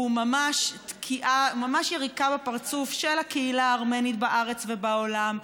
הוא ממש יריקה בפרצוף של הקהילה הארמנית בארץ ובעולם,